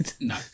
no